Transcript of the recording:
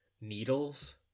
needles